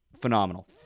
phenomenal